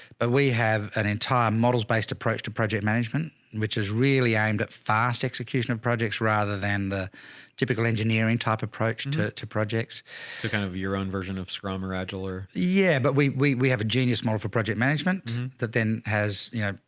but we have an entire models based approach to project management, which is really aimed at fast execution of projects rather than the typical engineering type approach to two projects. so kind of your own version of scrum or agile or, yeah, but we, we we have a genius model for project management that then has, you know,